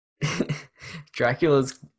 Dracula's